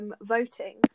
voting